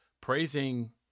praising